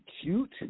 cute